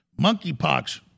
monkeypox